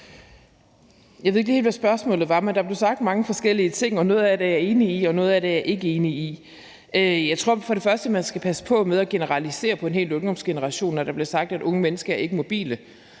Jeg ved ikke lige helt, hvad spørgsmålet var, men der blev sagt mange forskellige ting. Noget af det er jeg enig i, og noget af det er jeg ikke enig i. Jeg tror, at man skal passe på med at generalisere om en hel ungdomsgeneration, når der bliver sagt, at unge mennesker ikke er mobile.